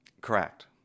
Correct